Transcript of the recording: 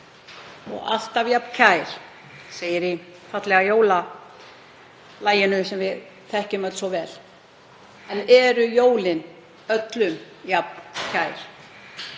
Og alltaf jafn kær“, segir í fallega jólalaginu, sem við þekkjum öll svo vel. En eru jólin öllum jafn kær?